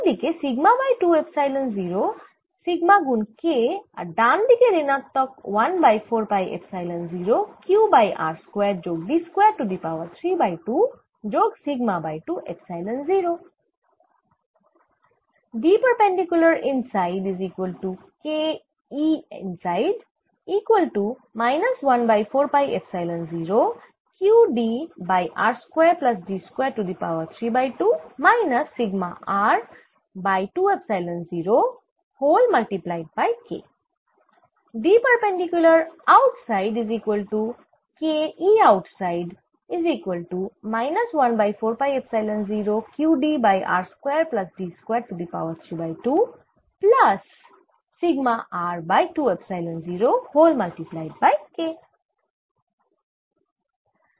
একই দিকে sigma by 2 epsilon 0 sigma গুন K আর ডান দিকে ঋণাত্মক 1 by 4 pi epsilon 0 q by r square যোগ d square to the power 3 by 2 যোগ সিগমা বাই 2 এপসাইলন 0